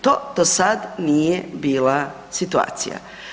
To do sad nije bila situacija.